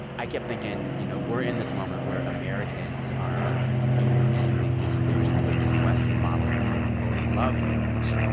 i kept thinking, you know, we're in this moment where americans are increasingly disillusioned with this western model of, quote-unquote, love marriage.